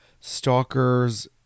stalkers